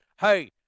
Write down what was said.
hey